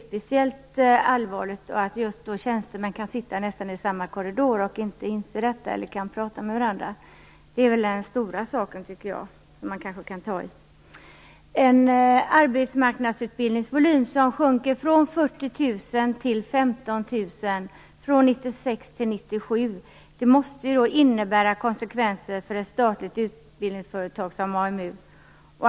Speciellt allvarligt är det att tjänstemän kan sitta i samma korridor och inte kan prata med varandra. Det är den stora saken i det hela. När en arbetsmarknadsutbildnings volym sjunker från 40 000 till 15 000 platser från 1996 till 1997 måste det få konsekvenser för ett statligt utbildningsföretag som AmuGruppen.